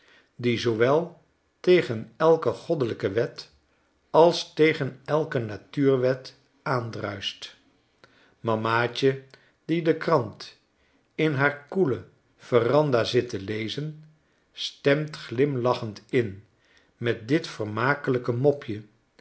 die zoowel tegen elkegoddelijke wet als tegen elke natuurwet aandruist mamaatje die de krant in haar koele verandah zit te lezen stemt glimlachend in met dit vermakelijk mopje